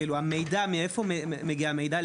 כאילו, המידע, מאיפה מגיע המידע?